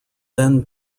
then